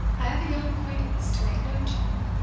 i have a young acquaintance to make known to you,